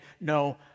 no